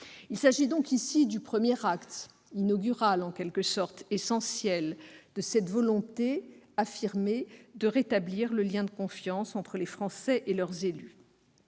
Il s'agit donc ici du premier acte, inaugural, essentiel, de cette volonté de rétablir le lien de confiance entre les Français et leurs élus.